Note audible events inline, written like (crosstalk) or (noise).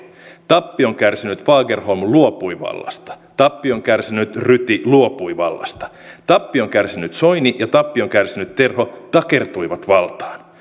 tappion kärsinyt fagerholm luopui vallasta tappion kärsinyt ryti luopui vallasta tappion kärsinyt soini ja tappion kärsinyt terho takertuivat valtaan (unintelligible)